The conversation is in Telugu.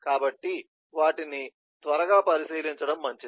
కాబట్టి వాటిని త్వరగా పరిశీలించడం మంచిది